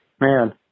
Man